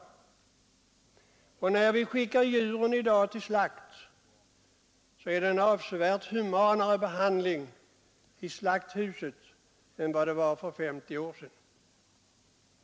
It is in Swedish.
Onsdagen den När vi skickar djur till slakt blir de avsevärt mer humant behandlade än 1 november 1972 djuren blev för 50 år sedan.